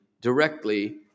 directly